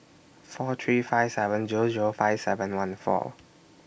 four three five seven Zero Zero five seven one four